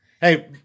Hey